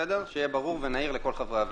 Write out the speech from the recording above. שיהיה ברור ונהיר לכל חברי הוועדה.